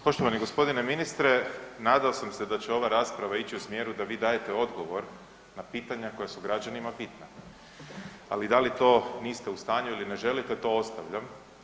Poštovani g. ministre, nadao sam se da će ova rasprava ići u smjeru da vi dajete odgovor na pitanja koja su građanima bitna ali da li to niste u stanju ili ne želite, to ostavljam.